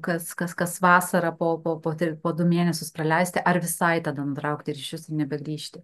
kas kas kas vasarą po po po du mėnesius praleisti ar visai tada nutraukti ryšius ir nebegrįžti